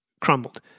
crumbled